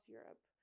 Europe